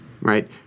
Right